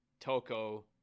Toko